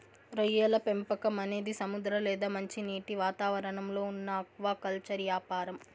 రొయ్యల పెంపకం అనేది సముద్ర లేదా మంచినీటి వాతావరణంలో ఉన్న ఆక్వాకల్చర్ యాపారం